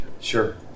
Sure